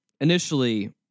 initially